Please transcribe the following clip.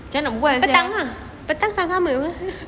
macam mana nak bual sia